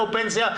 לא פנסיה,